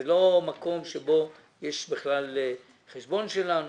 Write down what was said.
זה לא מקום שבו יש בכלל חשבון שלנו.